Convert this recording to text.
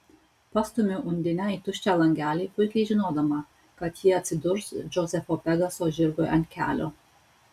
pastumiu undinę į tuščią langelį puikiai žinodama kad ji atsidurs džozefo pegaso žirgui ant kelio